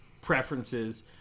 preferences